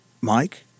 Mike